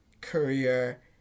career